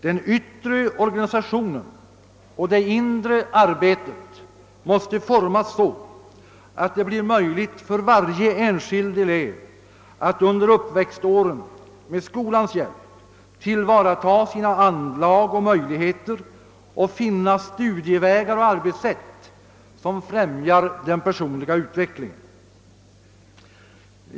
Den yttre organisationen och det inre arbetet måste formas så, att det blir möjligt för varje enskild elev att under uppväxtåren med skolans hjälp tillvarata sina anlag och möjligheter och finna studievägar och arbetssätt, som främjar den personliga utvecklingen.